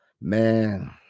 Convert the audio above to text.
man